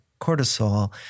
cortisol